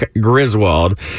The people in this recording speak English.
Griswold